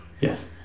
Yes